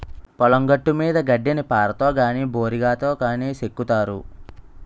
పొలం గట్టుమీద గడ్డిని పారతో గాని బోరిగాతో గాని సెక్కుతారు